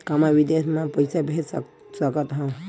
का मैं विदेश म पईसा भेज सकत हव?